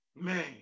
Man